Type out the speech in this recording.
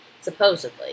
supposedly